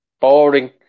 boring